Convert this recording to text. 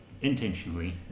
Intentionally